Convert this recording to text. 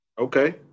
Okay